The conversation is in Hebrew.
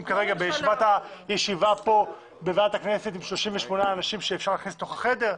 כרגע בישיבה כאן בוועדת הכנסת עם 38 אנשים שאפשר להכניס לתוך החדר.